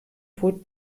wurde